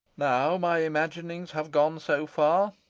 now my imaginings have gone so far.